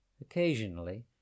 Occasionally